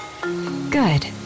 Good